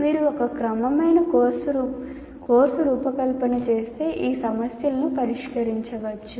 మీరు ఒక క్రమమైన కోర్సు రూపకల్పన చేస్తే ఈ సమస్యలను పరిష్కరించవచ్చు